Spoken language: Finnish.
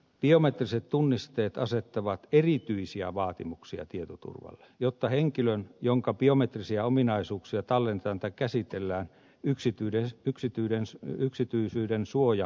biometriset tunnisteet asettavat erityisiä vaatimuksia tietoturvalle jotta henkilön jonka biometrisiä ominaisuuksia talletetaan tai käsitellään yksityisyyden suoja voidaan varmistaa